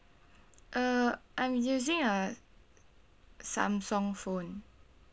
uh I'm using a samsung phone